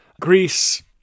Greece